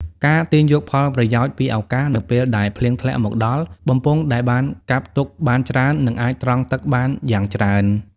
ការទាញយកផលប្រយោជន៍ពីឱកាស នៅពេលដែលភ្លៀងធ្លាក់មកដល់ បំពង់ដែលបានកាប់ទុកបានច្រើននឹងអាចត្រង់ទឹកបានយ៉ាងច្រើន ។